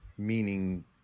meaning